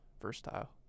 versatile